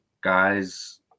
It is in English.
guys